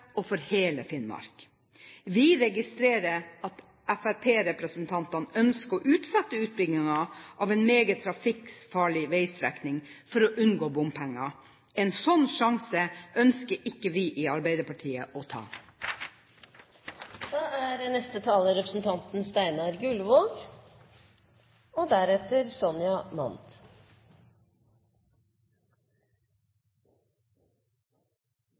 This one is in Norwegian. og for hele Finnmark. Vi registrerer at fremskrittspartirepresentantene ønsker å utsette utbyggingen av en meget trafikkfarlig vegstrekning for å unngå bompenger. En slik sjanse ønsker ikke vi i Arbeiderpartiet å ta. Jeg har registrert at et par Høyre-ordførere i Vestfold ikke synes det er